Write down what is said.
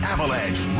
Avalanche